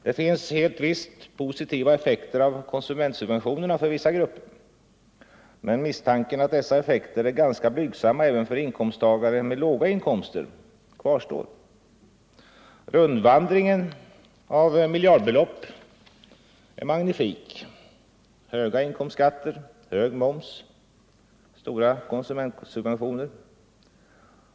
Det finns helt visst positiva effekter av konsumentsubventionerna för vissa grupper, men misstanken att dessa effekter är ganska blygsamma även för inkomsttagare med låga inkomster kvarstår. Rundvandringen av miljardbelopp är magnifik: höga inkomstskatter — hög moms — stora konsumentsubventioner.